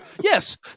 Yes